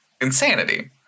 insanity